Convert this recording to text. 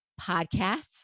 podcasts